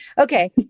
Okay